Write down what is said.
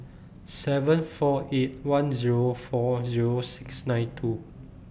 seven four eight one Zero four Zero six nine two